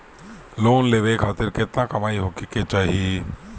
Loan लेवे खातिर केतना कमाई होखे के चाही?